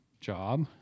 job